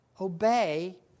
Obey